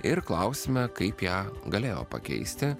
ir klausime kaip ją galėjo pakeisti